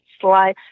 slide